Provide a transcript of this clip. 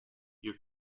your